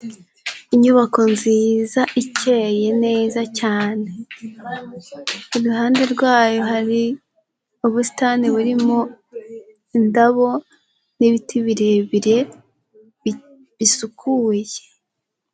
Inyubako nziza ikeye neza cyane, iruhande rwayo hari ubusitani burimo indabo n'ibiti birebire bisukuye.